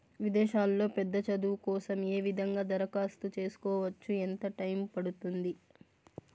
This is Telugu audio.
విదేశాల్లో పెద్ద చదువు కోసం ఏ విధంగా దరఖాస్తు సేసుకోవచ్చు? ఎంత టైము పడుతుంది?